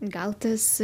gal tas